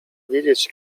wiedzieć